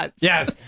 Yes